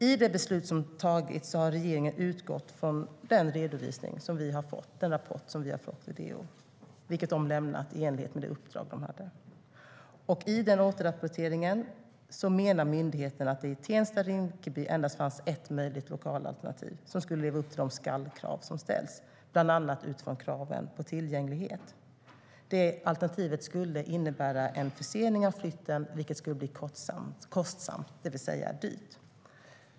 I det beslut som har fattats har regeringen utgått från den rapport som vi har fått från DO, vilken DO har lämnat i enlighet med det uppdrag som man hade. I den återrapporten menar myndigheten att det i Tensta och Rinkeby endast fanns ett möjligt lokalalternativ som levde upp till skall-kraven, bland annat utifrån kraven på tillgänglighet. Det alternativet skulle innebära en försening av flytten, vilket skulle bli kostsamt, det vill säga dyrt.